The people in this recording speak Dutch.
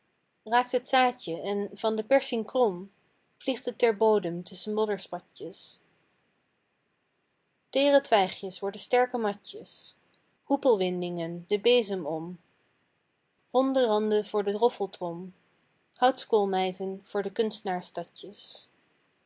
raakt het zaadje en van de persing krom vliegt t ter bodem tusschen modderspatjes teere twijgjes worden sterke matjes hoepelwindingen den bezem om ronde randen voor de roffeltrom houtskoolmijten voor de